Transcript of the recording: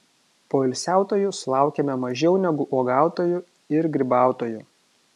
poilsiautojų sulaukiame mažiau negu uogautojų ir grybautojų